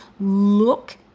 look